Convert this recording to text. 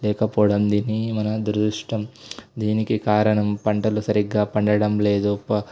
లేక పోవడం దీన్ని మన దురదృష్టం దీనికి కారణం పంటలు సరిగ్గా పండటం లేదు ప